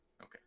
Okay